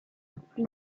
plus